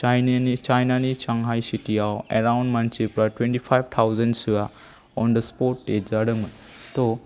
चायनानि Shanghai सिटिआव around मानसिफोरा twenty five थावजेन्डसोआ अन डा स्प'ट डेथ जादोंमोन ट